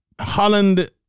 Holland